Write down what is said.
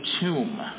tomb